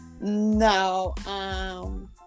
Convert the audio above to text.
no